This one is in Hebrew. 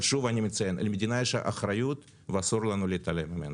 אבל אני שוב מציין: למדינה יש אחריות ואסור לנו להתעלם ממנה.